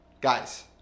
Guys